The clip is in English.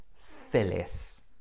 Phyllis